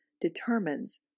determines